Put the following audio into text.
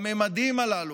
בממדים הללו,